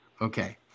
okay